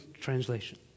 Translation